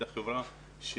החברה,